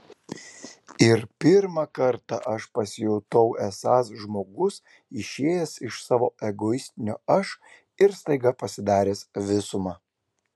ir pirmą kartą aš pasijutau esąs žmogus išėjęs iš savo egoistinio aš ir staiga pasidaręs visuma